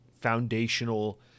foundational